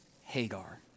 Hagar